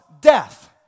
death